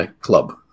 club